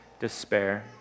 despair